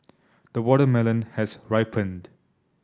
the watermelon has ripened